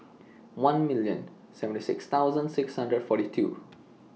one million seventy six thousand six hundred forty two